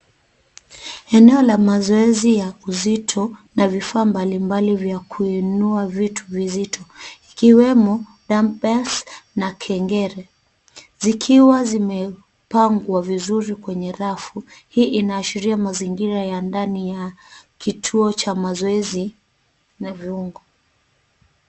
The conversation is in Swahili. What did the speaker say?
Eneo la mazoezi ya uzito na vifaa mbalimbali vya kuinua vitu vyenye uzito, ikiwemo rampeus na kengele, zikiwa zimepangwa vizuri kwenye rafu. Hii inaashiria mazingira ya ndani ya kituo cha mazoezi na viungo.